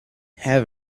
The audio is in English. have